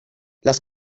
las